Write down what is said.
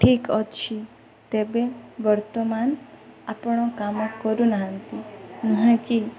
ଠିକ୍ ଅଛି ତେବେ ବର୍ତ୍ତମାନ ଆପଣ କାମ କରୁନାହାନ୍ତି ନୁହେଁ କି